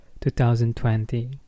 2020